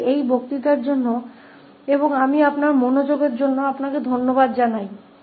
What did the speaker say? खैर इस व्याख्यान के लिए बस इतना ही और आपके ध्यान के लिए मैं आपको धन्यवाद देता हूं